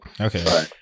Okay